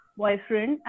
boyfriend